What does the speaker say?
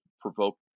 provoke